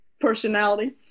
personality